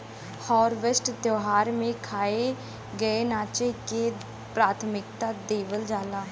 harvest त्यौहार में खाए, गाए नाचे के प्राथमिकता देवल जाला